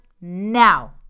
now